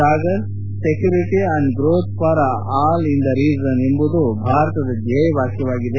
Sagar security and growth for all in the region ಎಂಬುದು ಭಾರತದ ಧ್ಯೇಯವಾಕ್ಯವಾಗಿದೆ